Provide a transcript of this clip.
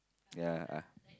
ya